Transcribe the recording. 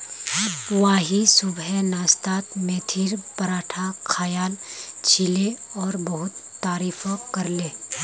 Y सुबह नाश्तात मेथीर पराठा खायाल छिले और बहुत तारीफो करले